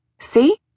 See